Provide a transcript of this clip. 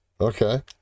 okay